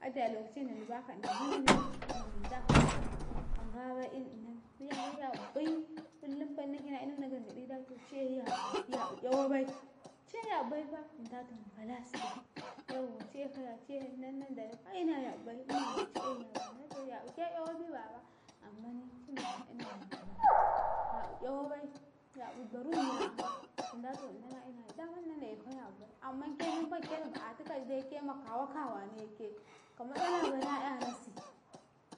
﻿Aite a locaci na lubaka inambanone na mendo a kwartum kangabai, inau mu'yaka yaƃi bai kullumfa innake na inuna gargaɗi da to ci ae yaƃi bai, yaƃi 'yawobai, ci ae yaƃi baifa indato na kalasikau yawwa ciyaƃ ci ae inna nandalabai na yaƃi bai, imano ci ae yaƃibai inda to yaƃi ke iyawaibi bannau ammani cin joka ina yaƃi bai yabi iyawobai, yabi barumiya an nqa, inda to ina na ina daman ina na aeka yabi bai amman ke memmanke na bu'atikai deke ma kawa kawane ke ka matsalabai na'yanasi,